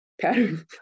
pattern